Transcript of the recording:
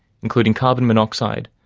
including carbon monoxide,